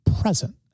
present